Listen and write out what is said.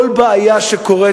כל בעיה שקורית,